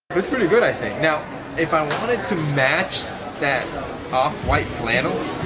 it's really good i think, now if i wanted to match that off white flannel,